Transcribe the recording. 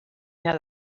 neu